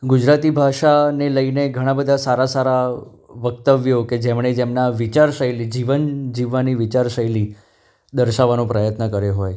ગુજરાતી ભાષાને લઈને ઘણા બધા સારા સારા વક્તવ્યો કે જેમણે જેમના વિચાર શૈલી જીવન જીવવાની વિચાર શૈલી દર્શાવાનો પ્રયત્ન કર્યો હોય